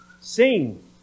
sing